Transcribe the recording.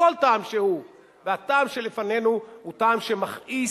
מכל טעם שהוא, והטעם שלפנינו הוא טעם שמכעיס,